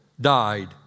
died